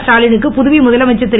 ஸ்டாலினுக்கு புதுவை முதலமைச்சர் திரு